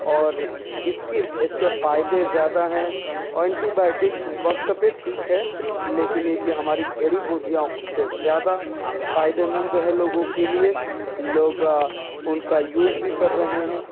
اور اس کی اس کے فائدے زیادہ ہیں اور اینٹی بایوٹک وقت پہ ٹھیک ہے لیکن یہ کہ ہماری جڑی بوٹیاں اس سے زیادہ فائدےمند ہے لوگوں کے لیے لوگ ان کا یوز بھی کر رہے ہیں